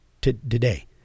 today